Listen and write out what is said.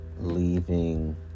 leaving